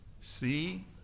see